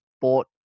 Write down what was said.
bought